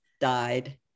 died